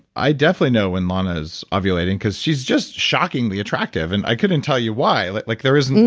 i definitely know when lana is ovulating, because she's just shockingly attractive and i couldn't tell you why. like like there isn't,